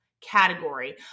Category